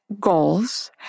goals